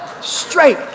Straight